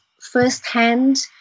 firsthand